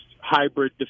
hybrid